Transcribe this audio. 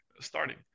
starting